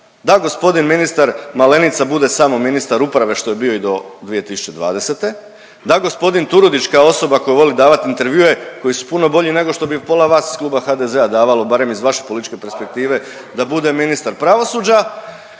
da g. ministar Malenica bude samo ministar uprave, što je bio i do 2020., da g. Turudić kao osoba koja voli davat intervjue koji su puno bolji nego što bi pola vas iz Kluba HDZ-a davalo, barem iz vaše političke perspektive, da bude ministar pravosuđa.